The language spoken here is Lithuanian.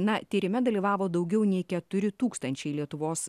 na tyrime dalyvavo daugiau nei keturi tūkstančiai lietuvos